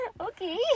Okay